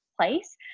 place